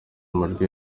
amajwi